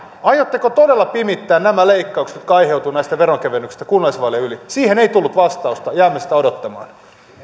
aiotteko todella pimittää nämä leikkaukset jotka aiheutuvat näistä veronkevennyksistä kunnallisvaalien yli siihen ei tullut vastausta jäämme sitä odottamaan